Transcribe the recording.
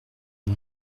mon